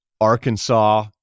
Arkansas